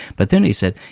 but then he said,